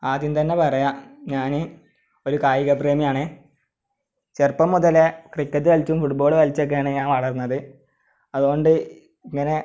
ആദ്യം തന്നെ പറയാം ഞാൻ ഒരു കായിക പ്രേമിയാണ് ചെറുപ്പം മുതലെ ക്രിക്കറ്റ് ക്രിക്കെറ്റ് കളിച്ചും ഫുട്ബോൾ കളിച്ചുമൊക്കെയാണ് ഞാന് വളർന്നത് അത് കൊണ്ട് ഇങ്ങനെ